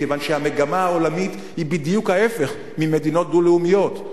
מכיוון שהמגמה העולמית היא בדיוק ההיפך ממדינות דו-לאומיות.